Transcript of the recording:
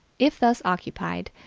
if thus occupied,